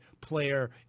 player